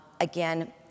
Again